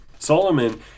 Solomon